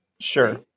sure